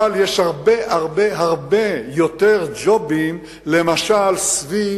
אבל יש הרבה הרבה הרבה יותר ג'ובים למשל סביב